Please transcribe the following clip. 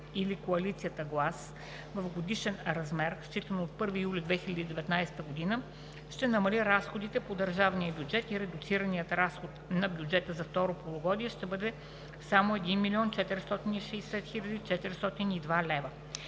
или коалицията глас в годишен размер, считано от 1 юли 2019 г. ще намали разходите по държавния бюджет и редуцираният разход на бюджета за второто полугодие ще бъде само 1 млн. 460 хил. 402 лв.